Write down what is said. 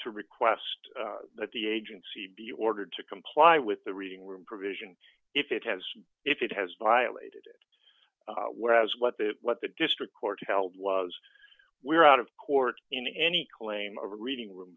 to request that the agency be ordered to comply with the reading room provision if it has if it has violated whereas what the what the district court held was we're out of court in any claim a reading room